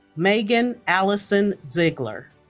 meghan allison ziegler